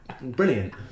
Brilliant